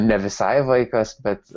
ne visai vaikas bet